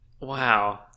Wow